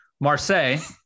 Marseille